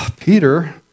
Peter